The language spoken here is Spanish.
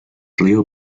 río